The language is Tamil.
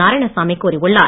நாராயணசாமி கூறியுள்ளார்